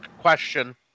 Question